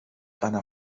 einer